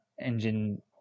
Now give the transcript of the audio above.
engine